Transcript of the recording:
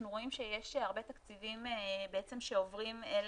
אנחנו רואים שיש הרבה תקציבים בעצם שעוברים אל